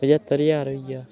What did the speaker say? पंजहत्तर ज्हार होइया